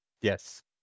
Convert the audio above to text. yes